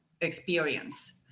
experience